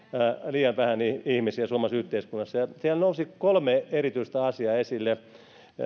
ihmisiä suomalaisessa yhteiskunnassa siellä nousi kolme erityistä asiaa esille